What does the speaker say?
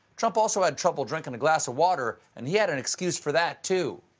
trump also had trouble drinking a glass of water, and he had an excuse for that too.